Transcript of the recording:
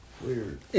Weird